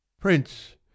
Prince